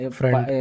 friend